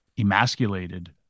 emasculated